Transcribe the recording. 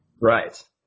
Right